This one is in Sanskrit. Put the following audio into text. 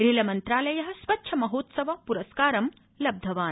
रेलमन्त्रालय स्वच्छ महोत्सव पुरस्कार लब्धवान्